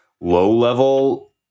low-level